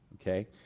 Okay